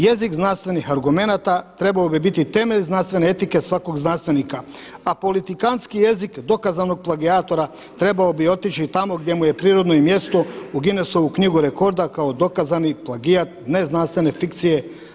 Jezik znanstvenih argumenata trebao bi biti temelj znanstvene etike svakog znanstvenika, a politikantski jezik dokazanog plagijatora trebao bi otići tamo gdje mu je prirodno i mjesto u Ginesovu knjigu rekorda kao dokazani plagijat neznanstvene fikcije“